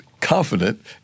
confident